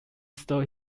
stole